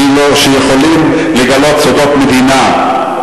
כאילו יכולים לגלות סודות מדינה.